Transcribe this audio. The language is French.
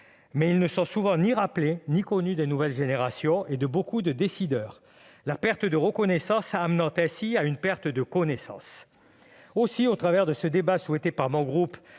derniers ne sont souvent ni rappelés ni connus des nouvelles générations et de nombre de décideurs, la perte de reconnaissance amenant ainsi à une perte de connaissance. Aussi, au travers de ce débat, souhaité par le groupe